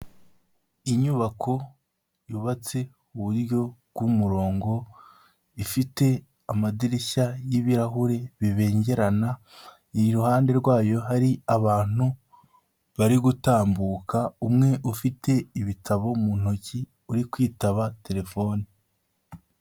Inyubako yubatse mu buryo bw'umurongo ifite amadirishya y'ibirahure bibengerana, iruhande rwayo hari abantu bari gutambuka, umwe ufite ibitabo mu ntoki uri kwitaba telefone.